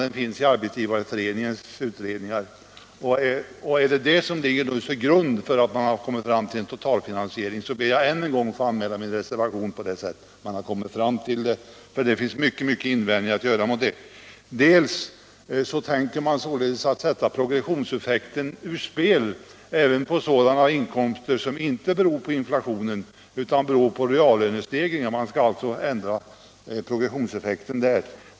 De finns i Arbetsgivareföreningens utredningar. Är det de siffrorna som ligger till grund för uppfattningen att man åstadkommit en totalfinansiering ber jag att än en gång få anmäla min reservation mot det sätt på vilket man kommit fram till den uppfattningen. Det finns nämligen många invändningar att göra däremot. Dels tänker man således sätta progressionseffekten ur spel även på sådana inkomster som inte beror på inflationen utan på reallönestegringar; man skall alltså ändra progressionseffekten där.